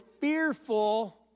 fearful